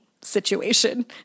situation